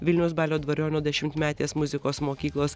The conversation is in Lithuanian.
vilniaus balio dvariono dešimtmetės muzikos mokyklos